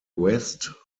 west